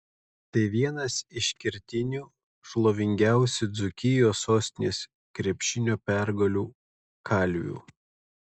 tai vienas iš kertinių šlovingiausių dzūkijos sostinės krepšinio pergalių kalvių